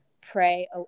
pray